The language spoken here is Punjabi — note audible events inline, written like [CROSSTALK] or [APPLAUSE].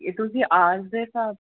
ਤੁਸੀਂ ਆ [UNINTELLIGIBLE]